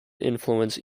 influence